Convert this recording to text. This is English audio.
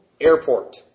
airport